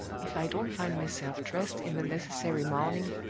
if i don't find myself dressed in the necessary mourning,